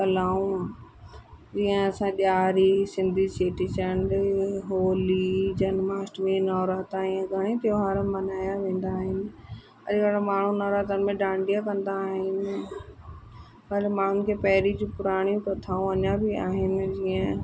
कलाऊं जीअं असां ॾियारी सिंधी चेटीचंड होली जन्माष्टमी नवरात्रा इहे घणेई त्योहार मल्हाया या वेंदा आहिनि अॼुकल्ह माण्हू नवरात्रनि में डांडिया कंदा आहिनि पर माण्हुनि खे पहिरीं जूं पुराणियूं कथाऊं अञा बि आहिनि जीअं